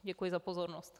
Děkuji za pozornost.